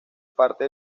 parte